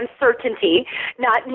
uncertainty—not